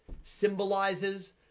symbolizes